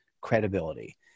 credibility